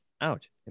Ouch